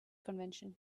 convention